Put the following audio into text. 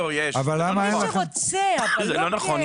למי שרוצה, אבל --- זה לא נכון.